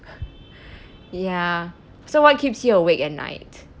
ya so what keeps you awake at night